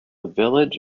village